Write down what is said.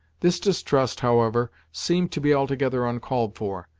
this distrust, however, seemed to be altogether uncalled for,